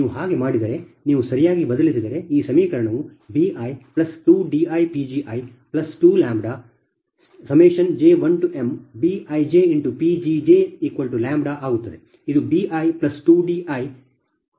ನೀವು ಹಾಗೆ ಮಾಡಿದರೆ ನೀವು ಸರಿಯಾಗಿ ಬದಲಿಸಿದರೆ ಈ ಸಮೀಕರಣವು bi2diPgi2λj1mBijPgjλಆಗುತ್ತದೆ